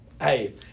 Hey